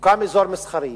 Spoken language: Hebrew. יוקם אזור מסחרי.